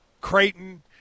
Creighton